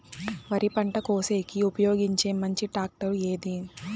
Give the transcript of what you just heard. వరి పంట కోసేకి ఉపయోగించే మంచి టాక్టర్ ఏది?